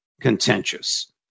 contentious